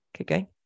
Okay